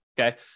Okay